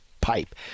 pipe